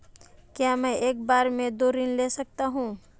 क्या मैं एक बार में दो ऋण ले सकता हूँ?